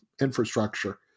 Infrastructure